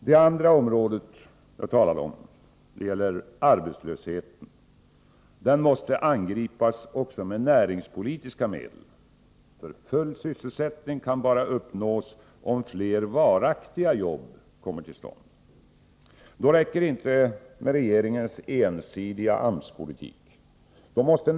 Det andra området gäller arbetslösheten. Denna måste angripas också med näringspolitiska medel. Full sysselsättning kan bara uppnås, om fler varaktiga jobb kommer till stånd. Då räcker det inte med regeringens ensidiga AMS-politik.